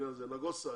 אני